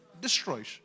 destroys